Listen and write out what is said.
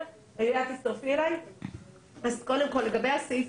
לגבי הסעיף